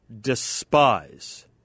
despise